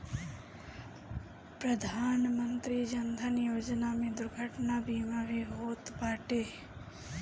प्रधानमंत्री जन धन योजना में दुर्घटना बीमा भी होत बाटे